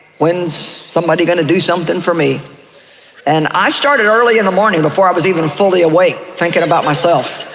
when's somebody going to do something for me and i started early in the morning, before i was even fully awake thinking about myself.